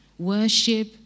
Worship